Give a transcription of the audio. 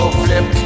flip